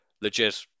legit